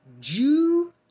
jew